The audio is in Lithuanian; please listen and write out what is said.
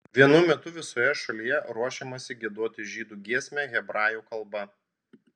vienu metu visoje šalyje ruošiamasi giedoti žydų giesmę hebrajų kalba